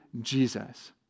Jesus